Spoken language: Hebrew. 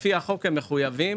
לפי החוק הם מחויבים